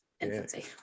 infancy